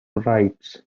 rites